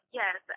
yes